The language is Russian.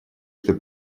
что